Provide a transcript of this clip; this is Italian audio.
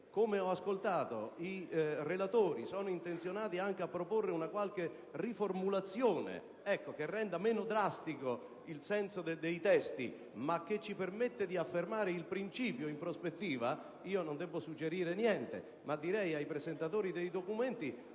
come ho ascoltato, i relatori sono intenzionati a proporre una qualche riformulazione che renda meno drastico il senso dei testi, ma che ci permette di affermare il principio in prospettiva, non debbo suggerire niente, ma direi ai presentatori degli emendamenti